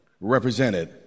represented